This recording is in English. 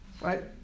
right